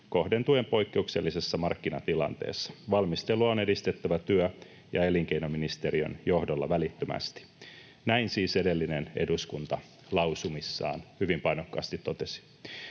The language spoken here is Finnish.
kohdentuen poikkeuksellisessa markkinatilanteessa. Valmistelua on edistettävä työ- ja elinkeinoministeriön johdolla välittömästi.” Näin siis edellinen eduskunta lausumissaan hyvin painokkaasti totesi.